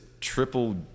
triple